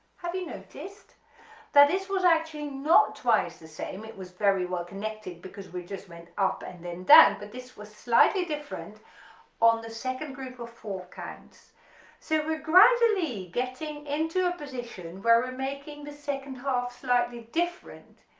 have you noticed that this was actually not twice the same it was very well connected because we just went up and then down but this was slightly different on the second group of four counts so we're gradually getting into a position where we're making the second half slightly different,